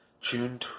June